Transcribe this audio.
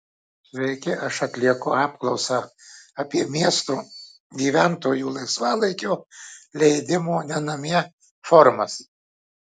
sveiki aš atlieku apklausą apie miesto gyventojų laisvalaikio leidimo ne namie formas